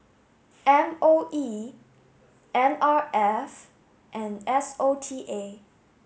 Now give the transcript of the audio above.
M O E N R F and S O T A